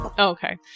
Okay